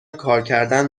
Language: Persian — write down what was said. کارکردن